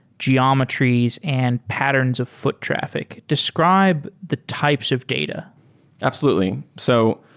geometries and patterns of foot traffi c. describe the types of data absolutely. so